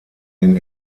den